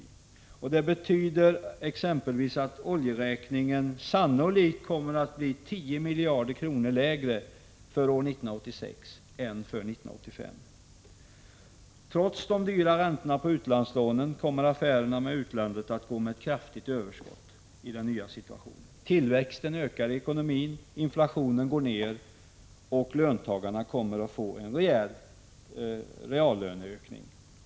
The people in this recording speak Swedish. Det 23 april 1986 betyder exempelvis att oljeräkningen sannolikt kommer att bli 10 miljarder kronor lägre för år 1986 än för 1985. Trots de dyra räntorna på utlandslånen kommer affärerna med utlandet att gå med ett kraftigt överskott i den nya situationen. Tillväxten ökar i ekonomin, inflationen går ned och löntagarna kommer att få en rejäl reallönehöjning.